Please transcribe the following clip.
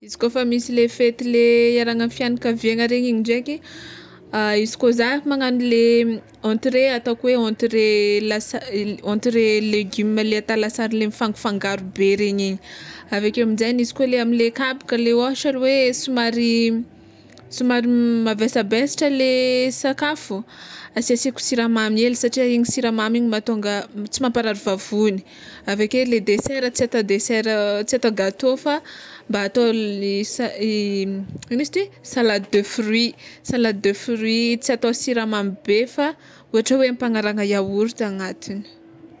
Izy kôfa misy le fety le hiarahana amy fianankaviana regny igny ndraiky izy koa zah magnagno le entrée ataoko hoe entrée las- entrée legioma le atao lasary le mifangafangaro be regny igny aveke aminjaigny izy koa le amle kabaka le ôhatra hoe somary somary mavesabesatra le sakafo asiasiako siramamy hely satria igny siramamy igny mahatonga tsy mamparary vavony aveke le desera tsy atao gatô fa ata i ina ma izy ty salade de fruit salade de fruit tsy atao siramamy be fa ohatra hoe ampagnarahana yaorta agnatiny.